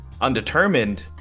undetermined